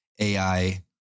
AI